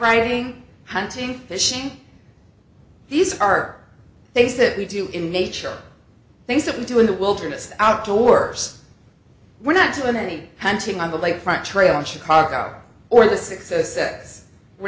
riding hunting fishing these are basically do in nature things that we do in the wilderness outdoors we're not doing any hunting on the lake front trail in chicago or the